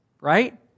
right